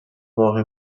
باقی